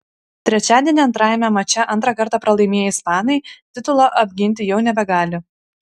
trečiadienį antrajame mače antrą kartą pralaimėję ispanai titulo apginti jau nebegali